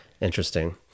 interesting